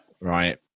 Right